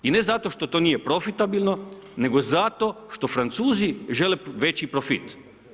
I ne zato što to nije profitabilno, nego zato što Francuzi žele veći profit.